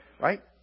right